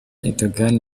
erdogan